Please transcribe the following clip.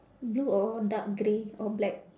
blue or dark grey or black